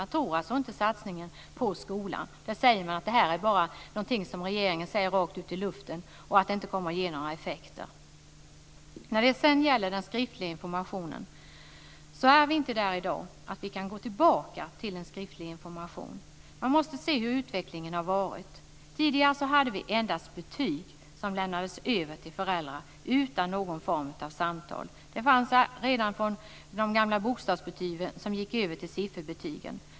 Man tror alltså inte på satsningen på skolan. Man säger att detta bara är någonting som regeringen säger rakt ut i luften och att det inte kommer att ge några effekter. När det sedan gäller den skriftliga informationen så är vi inte där i dag att vi kan gå tillbaka till en skriftlig information. Man måste se hur utvecklingen har varit. Tidigare hade vi endast betyg som lämnades över till föräldrarna utan någon form av samtal. Det fanns redan när man hade de gamla bokstavsbetygen som sedan ersattes av sifferbetyg.